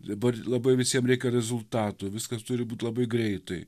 dabar labai visiem reikia rezultatų viskas turi būt labai greitai